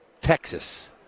Texas